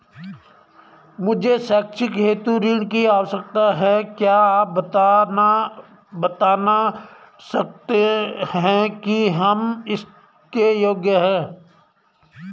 मुझे शैक्षिक हेतु ऋण की आवश्यकता है क्या आप बताना सकते हैं कि हम इसके योग्य हैं?